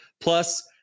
plus